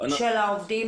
של העובדים?